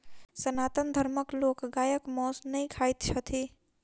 सनातन धर्मक लोक गायक मौस नै खाइत छथि